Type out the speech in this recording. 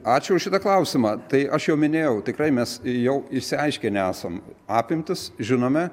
ačiū už šitą klausimą tai aš jau minėjau tikrai mes jau išsiaiškinę esam apimtis žinome